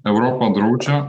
europa draudžia